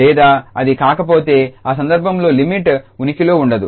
లేదా అది కాకపోతే ఆ సందర్భంలో లిమిట్ ఉనికిలో ఉండదు